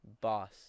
boss